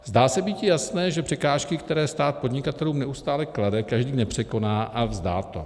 Zdá se býti jasné, že překážky, které stát podnikatelům neustále klade, každý nepřekoná a vzdá to.